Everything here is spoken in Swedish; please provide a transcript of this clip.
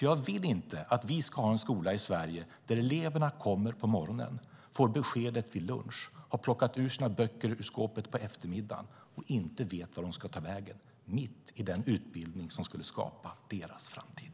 Jag vill inte att vi ska ha en skola i Sverige där eleverna kommer på morgonen, får beskedet till lunch, har plockat ur sina böcker ur skåpet på eftermiddagen och inte vet vart de ska ta vägen - detta mitt i den utbildning som skulle skapa deras framtid.